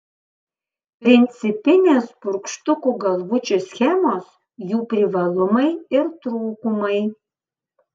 principinės purkštukų galvučių schemos jų privalumai ir trūkumai